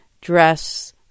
dress